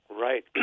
Right